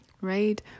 right